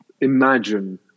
imagine